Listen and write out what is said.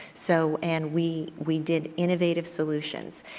so and we we did innovative solutions.